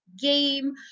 game